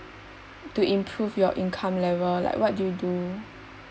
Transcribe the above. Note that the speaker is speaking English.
to improve your income level like what you do